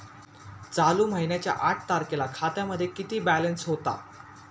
चालू महिन्याच्या आठ तारखेला खात्यामध्ये किती बॅलन्स होता?